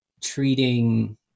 treating